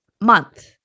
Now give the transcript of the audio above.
month